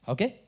Okay